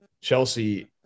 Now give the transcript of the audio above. Chelsea